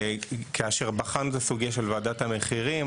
כאשר בחנו את הסוגייה של ועדת המחירים,